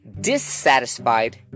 dissatisfied